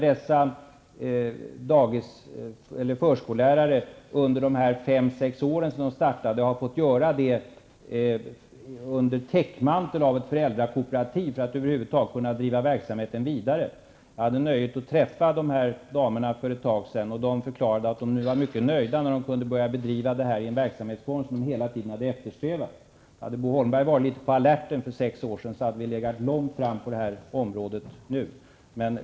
Dessa förskollärare har under de här fem sex åren sedan de startade, fått driva verksamheten under täckmantel av föräldrakooperativ för att över huvud taget kunna driva verksamheten vidare. Jag hade nöjet att träffa dessa damer för ett tag sedan. De förklarade att de nu var mycket nöjda när de kan bedriva detta i den verksamhetsform som de hela tiden eftersträvat. Om Bo Holmberg hade varit litet på alerten för sex år sedan hade vi legat långt fram på det här området nu.